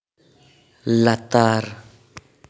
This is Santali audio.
ᱞᱟᱛᱟᱨ